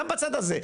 גם בצד הזה,